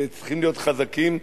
וצריכים להיות חזקים,